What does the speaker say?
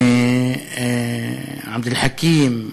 ועבד אל חכים,